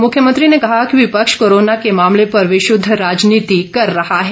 मुख्यमंत्री ने कहा कि विपक्ष कोरोना के मामले पर विश्रद्ध राजनीति कर रहा है